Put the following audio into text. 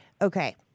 Okay